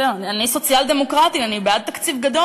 אני סוציאל-דמוקרטית, אני בעד תקציב גדול.